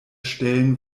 stellen